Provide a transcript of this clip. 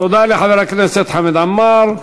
תודה לחבר הכנסת חמד עמאר.